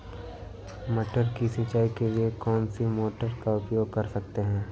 मटर की सिंचाई के लिए कौन सी मोटर का उपयोग कर सकते हैं?